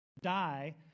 die